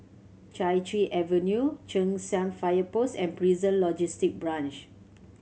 Chai Chee Avenue Cheng San Fire Post and Prison Logistic Branch